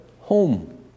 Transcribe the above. home